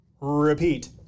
Repeat